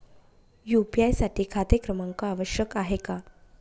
UPI साठी खाते क्रमांक आवश्यक आहे का?